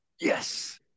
Yes